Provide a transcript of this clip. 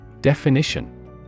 Definition